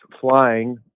flying